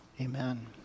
Amen